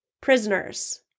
prisoners